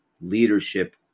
leadership